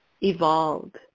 evolved